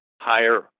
higher